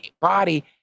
body